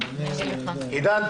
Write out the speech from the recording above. עידן,